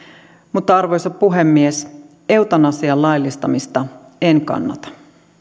mutta arvoisa puhemies eutanasian laillistamista en kannata